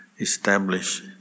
establish